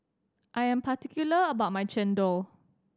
I am particular about my Chendol